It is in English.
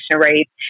rates